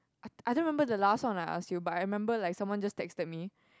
I don't I don't remember the last one I ask you but I remember like someone just texted me